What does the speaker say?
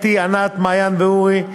אתי, ענת, מעיין ואורי.